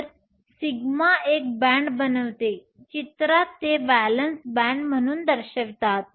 तर σ एक बॅण्ड बनवते चित्रात ते व्हॅलेन्स बॅण्ड म्हणून दर्शवतात